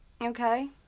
Okay